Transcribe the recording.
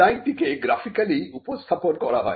design টি কে graphically উপস্থাপন করা হয়